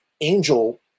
angel